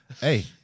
Hey